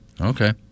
Okay